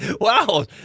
Wow